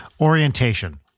Orientation